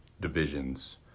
Division's